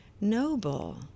noble